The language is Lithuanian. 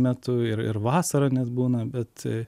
metu ir ir vasarą nes būna bet